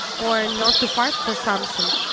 or not to fight for something,